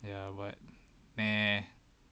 ya but eh